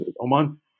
Oman